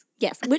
Yes